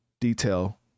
detail